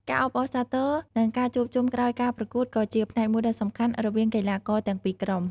ការអបអរសាទរ និងការជួបជុំក្រោយការប្រកួតក៏ជាផ្នែកមួយដ៏សំខាន់រវាងកីឡាករទាំងពីរក្រុម។